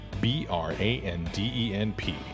B-R-A-N-D-E-N-P